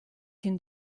can